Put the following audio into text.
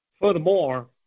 Furthermore